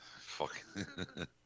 Fuck